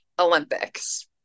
Olympics